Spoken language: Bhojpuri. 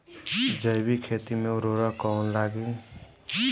जैविक खेती मे उर्वरक कौन लागी?